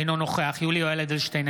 אינו נוכח יולי יואל אדלשטיין,